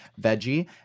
veggie